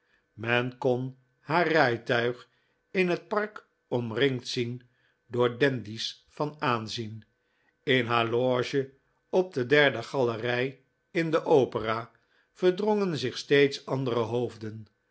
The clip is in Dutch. men icon haar rijtuig in het park omringd zien door dandies van aanzien in haar loge op de derde galerij in de opera verdrongen zich steeds andere hoofden